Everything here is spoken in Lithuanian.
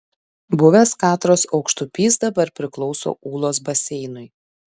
buvęs katros aukštupys dabar priklauso ūlos baseinui